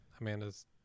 amanda's